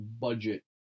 budget